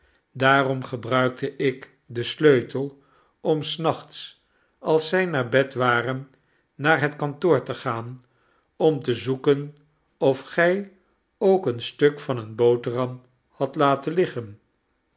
daarom gebruikte ik den sleutel om des nachts als zij naar bed waren naar het kantoor te gaan om te zoeken of gij ook een stuk van een boterham hadt laten liggen